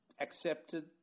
accepted